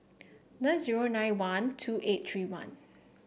nine zero nine one two eight three one